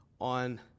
on